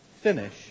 finish